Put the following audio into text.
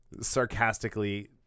sarcastically